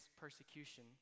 persecution